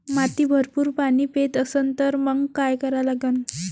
माती भरपूर पाणी पेत असन तर मंग काय करा लागन?